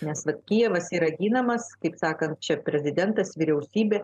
nes vat kijevas yra ginamas kaip sakant čia prezidentas vyriausybė